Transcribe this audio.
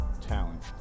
talent